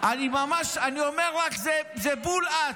אני אומר לך, זה בול את.